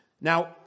Now